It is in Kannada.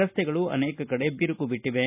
ರಸ್ತೆಗಳು ಅನೇಕ ಕಡೆ ಬಿರುಕು ಬಿಟ್ಟಿವೆ